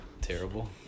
Terrible